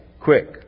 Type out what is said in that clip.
Quick